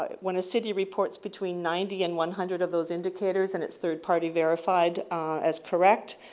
ah when a city reports between ninety and one hundred of those indicators and it's third party verified as correct,